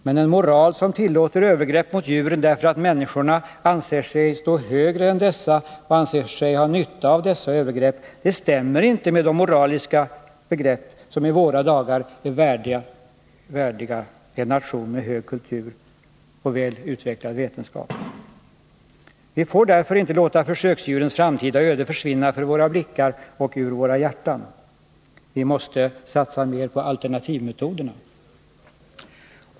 Men en moral som tillåter övergrepp mot djuren därför att människorna anser sig stå högre än dessa och anser sig ha nytta av dessa övergrepp stämmer inte med de 113 moraliska begrepp som i våra dagar är värdiga en nation med hög kultur och väl utvecklad vetenskap. Vi får därför inte låta försöksdjurens framtida öde försvinna för våra blickar och ur våra hjärtan. Vi måste satsa mer på alternativmetoderna.